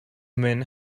men